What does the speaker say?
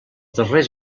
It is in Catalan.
darrers